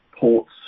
ports